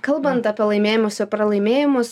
kalbant apie laimėjimus ir pralaimėjimus